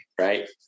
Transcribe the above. right